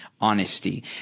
honesty